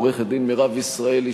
לעורכת-דין מירב ישראלי,